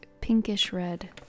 pinkish-red